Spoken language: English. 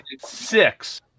six